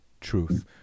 truth